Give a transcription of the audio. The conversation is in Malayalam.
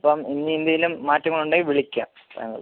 അപ്പം ഇനി എന്തെങ്കിലും മാറ്റങ്ങളുണ്ടെങ്കിൽ വിളിക്കാം ഞങ്ങൾ